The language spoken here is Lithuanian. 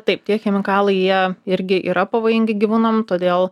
taip tie chemikalai jie irgi yra pavojingi gyvūnam todėl